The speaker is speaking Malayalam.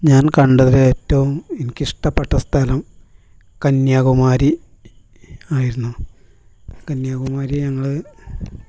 ഞാൻ കണ്ടതിലേറ്റവും എനിക്കിഷ്ടപ്പെട്ട സ്ഥലം കന്യാകുമാരി ആയിരുന്നു കന്യാകുമാരി ഞങ്ങൾ